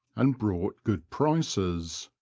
and brought good prices.